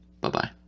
Bye-bye